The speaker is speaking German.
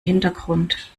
hintergrund